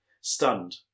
Stunned